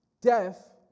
Death